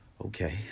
okay